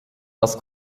das